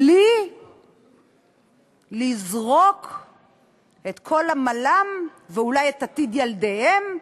בלי לזרוק את כל עמלם ואולי את עתיד ילדיהם,